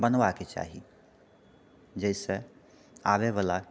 बनबाक चाही जाहिसँ आबै वला